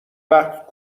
وقت